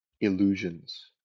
illusions